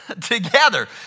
together